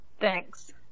Thanks